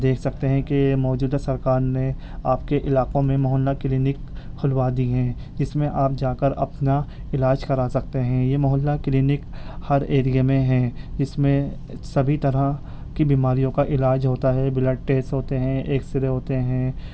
دیکھ سکتے ہیں کہ موجودہ سرکار نے آپ کے علاقوں میں محلہ کلینک کھلوا دی ہیں اس میں آپ جا کر اپنا علاج کرا سکتے ہیں یہ محلہ کلینک ہر ایرئے میں ہیں اس میں سبھی طرح کی بیماریوں کا علاج ہوتا ہے بلڈ ٹیسٹ ہوتے ہیں ایکس رے ہوتے ہیں